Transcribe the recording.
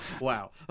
Wow